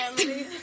emily